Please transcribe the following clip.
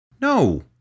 No